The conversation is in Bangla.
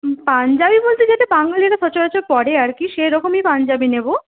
পাঞ্জাবি বলতে যেটা বাঙালিরা সচরাচর পরে আর কি সেরকমই পাঞ্জাবি নেব